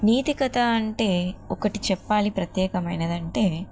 నీతి కథ అంటే ఒకటి చెప్పాలి ప్రత్యేకమైనది అంటే